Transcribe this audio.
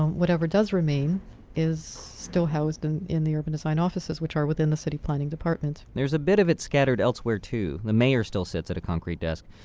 whatever does remain is still housed in in the urban design offices, which are in the city planning department there's a bit of it scattered elsewhere too. the mayor still sits at a concrete desk.